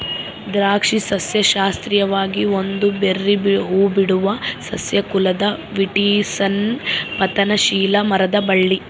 ದ್ರಾಕ್ಷಿ ಸಸ್ಯಶಾಸ್ತ್ರೀಯವಾಗಿ ಒಂದು ಬೆರ್ರೀ ಹೂಬಿಡುವ ಸಸ್ಯ ಕುಲದ ವಿಟಿಸ್ನ ಪತನಶೀಲ ಮರದ ಬಳ್ಳಿ